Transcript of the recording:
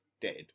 dead